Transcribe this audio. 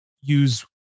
use